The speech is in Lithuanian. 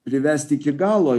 privesti iki galo